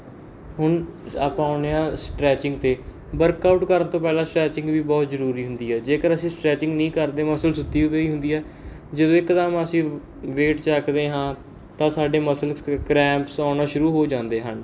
ਹੁਣ ਆਪਾਂ ਆਉਣੇ ਆ ਸਟਰੈਚਿੰਗ 'ਤੇ ਵਰਕਆਊਟ ਕਰਨ ਤੋਂ ਪਹਿਲਾਂ ਸਟਰੈਚਿੰਗ ਵੀ ਬਹੁਤ ਜ਼ਰੂਰੀ ਹੁੰਦੀ ਹੈ ਜੇਕਰ ਅਸੀਂ ਸਟਰੈਚਿੰਗ ਨਹੀਂ ਕਰਦੇ ਮਸਲ ਸੁੱਤੀ ਹੋਈ ਹੁੰਦੀ ਹੈ ਜਦੋਂ ਇੱਕਦਮ ਅਸੀਂ ਵੇਟ ਚੱਕਦੇ ਹਾਂ ਤਾਂ ਸਾਡੇ ਮਸਲਸ ਕ ਕਰੈਂਪਸ ਆਉਣਾ ਸ਼ੁਰੂ ਹੋ ਜਾਂਦੇ ਹਨ